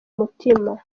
mutima